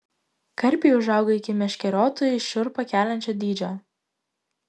karpiai užauga iki meškeriotojui šiurpą keliančio dydžio